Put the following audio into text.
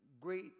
great